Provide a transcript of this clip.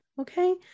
Okay